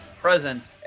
present